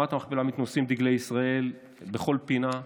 במערת המכפלה מתנוססים דגלי ישראל בכל פינה,